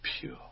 pure